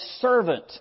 servant